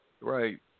right